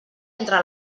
entre